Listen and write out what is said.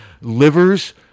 livers